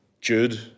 Jude